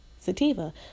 Sativa